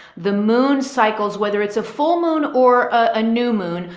the moon cycles, whether it's a full moon or a new moon,